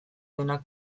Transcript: denak